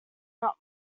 not